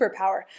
superpower